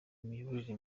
imiyoborere